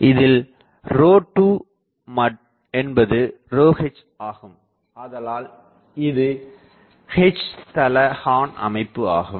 இதில் ρ2 என்பது ρh ஆகும் ஆதலால் இது H தள ஹார்ன் அமைப்பு ஆகும்